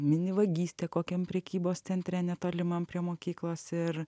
mini vagystė kokiam prekybos centre netolimam prie mokyklos ir